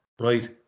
right